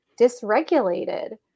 dysregulated